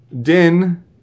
Din